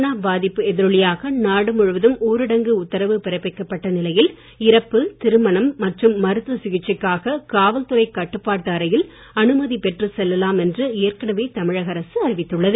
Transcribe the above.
corona பாதிப்பு எதிரொலியாக நாடு முழுவதும் ஊரடங்கு உத்தரவு பிறப்பிக்கப்பட்ட நிலையில் இறப்பு திருமணம் மற்றும் மருத்துவ சிகிச்சைக்காக காவல்துறை கட்டுப்பாட்டு அறையில் அனுமதி பெற்றுச் செல்லலாம் என்று ஏற்கனவே தமிழக அரசு அறிவித்துள்ளது